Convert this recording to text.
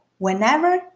Whenever